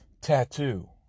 Tattoo